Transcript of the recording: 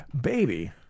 Baby